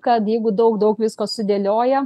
kad jeigu daug daug visko sudėlioja